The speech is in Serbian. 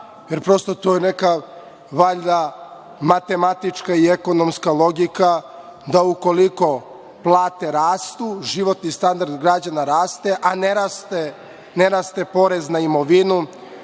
jer prosto, to je valjda matematička i ekonomska logika da ukoliko plate rastu, životni standard građana raste, a ne raste porez na imovinu,